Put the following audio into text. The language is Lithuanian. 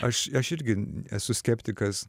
aš aš irgi esu skeptikas